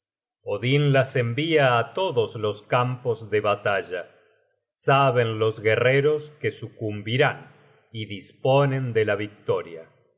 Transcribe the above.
odin las envia á todos los campos de batalla saben los guerreros que sucumbirán y disponen de la victoria